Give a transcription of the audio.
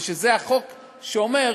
בשביל זה החוק שאומר: